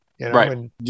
Right